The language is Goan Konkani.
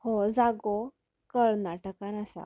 हो जागो कर्नाटकान आसा